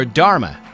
Dharma